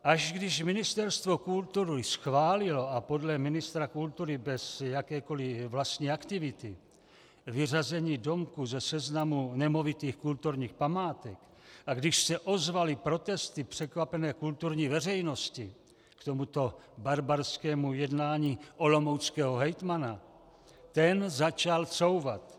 Až když Ministerstvo kultury schválilo a podle ministra kultury bez jakékoliv vlastní aktivity vyřazení domku ze seznamu nemovitých kulturních památek a když se ozvaly protesty překvapené kulturní veřejnosti k tomuto barbarskému jednání olomouckého hejtmana, ten začal couvat.